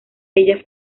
ellas